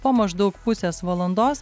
po maždaug pusės valandos